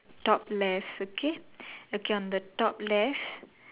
top left okay okay on the top left